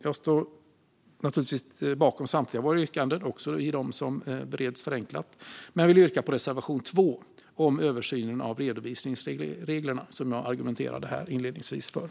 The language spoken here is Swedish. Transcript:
Jag står naturligtvis bakom samtliga våra yrkanden, också dem som bereds förenklat, men yrkar bifall endast till reservation 2 om översyn av redovisningsregler, som jag inledningsvis argumenterade för.